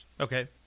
Okay